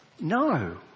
No